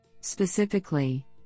Specifically